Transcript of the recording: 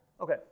Okay